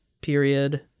period